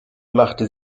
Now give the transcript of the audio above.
machte